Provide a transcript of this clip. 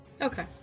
Okay